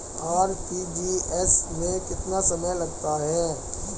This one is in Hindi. आर.टी.जी.एस में कितना समय लगता है?